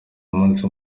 umunsi